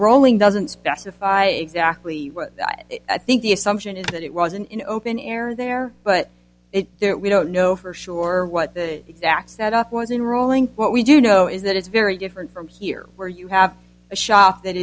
rolling doesn't specify exactly what i think the assumption is that it wasn't in open air there but it there we don't know for sure what the exact setup was in rolling what we do know is that it's very different from here where you have a shop that